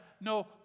no